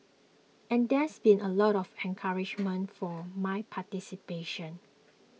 and there's been a lot of encouragement for my participation